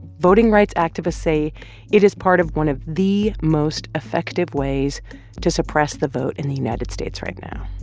voting rights activists say it is part of one of the most effective ways to suppress the vote in the united states right now.